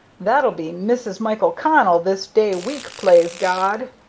that'll be mrs. michael connell this day week, plaze god!